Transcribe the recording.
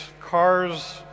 cars